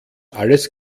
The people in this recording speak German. alles